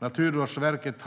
Naturvårdsverket